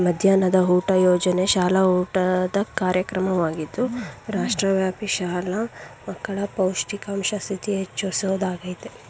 ಮಧ್ಯಾಹ್ನದ ಊಟ ಯೋಜನೆ ಶಾಲಾ ಊಟದ ಕಾರ್ಯಕ್ರಮವಾಗಿದ್ದು ರಾಷ್ಟ್ರವ್ಯಾಪಿ ಶಾಲಾ ಮಕ್ಕಳ ಪೌಷ್ಟಿಕಾಂಶ ಸ್ಥಿತಿ ಹೆಚ್ಚಿಸೊದಾಗಯ್ತೆ